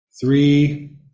three